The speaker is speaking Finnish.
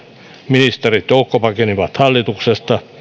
ministerit joukkopakenivat hallituksesta